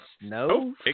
no